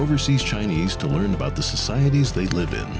overseas chinese to learn about the societies they live i